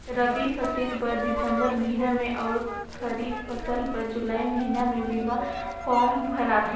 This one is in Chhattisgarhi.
रबी फसिल बर दिसंबर महिना में अउ खरीब फसिल बर जुलाई महिना में बीमा फारम भराथे